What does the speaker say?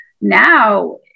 now